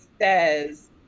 says